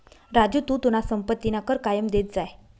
राजू तू तुना संपत्तीना कर कायम देत जाय